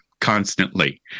constantly